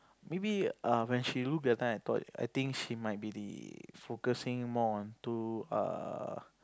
maybe err when she look that time I thought I think she might be the focusing more onto err